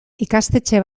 ikastetxe